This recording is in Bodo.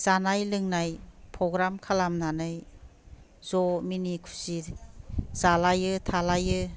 जानाय लोंनाय प्र'ग्राम खालामनानै ज' मिनि खुसि जालायो थालायो